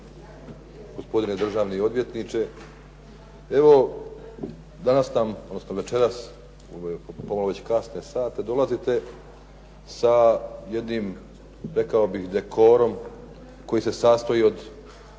gospodine državni odvjetniče. Evo danas, odnosno večeras u ove pomalo već kasne sate, dolazite sa jednim rekao bih dekorom koji se sastoji od